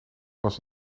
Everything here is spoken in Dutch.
was